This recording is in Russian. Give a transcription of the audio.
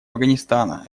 афганистана